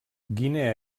guinea